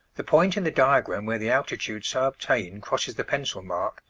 the point in the diagram where the altitude so obtained crosses the pencil mark,